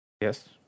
Yes